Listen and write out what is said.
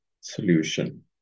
solution